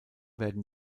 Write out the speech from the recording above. werden